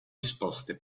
disposte